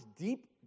deep